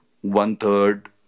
one-third